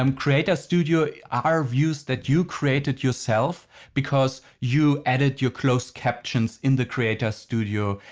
um creator studio are views that you created yourself because you edit your closed captions in the creator studio,